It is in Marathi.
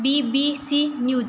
B B C news